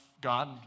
God